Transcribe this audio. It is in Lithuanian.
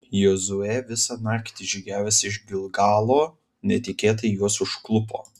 jozuė visą naktį žygiavęs iš gilgalo netikėtai juos užklupo